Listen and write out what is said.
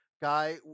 guy